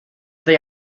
they